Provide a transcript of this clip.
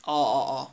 orh orh orh